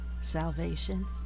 salvation